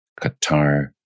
Qatar